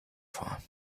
vor